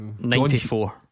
94